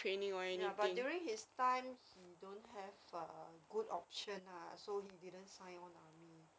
ya but during his time he don't have a good option lah so he didn't sign on army